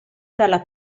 dalla